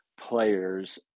players